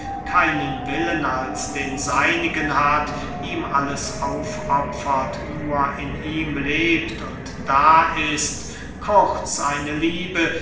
keinen willen als den seinigen hat ihm alles aufopfert nur in ihm lebt und da ist kurz eine liebe